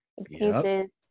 excuses